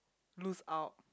lose out